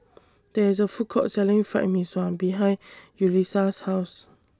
There IS A Food Court Selling Fried Mee Sua behind Yulisa's House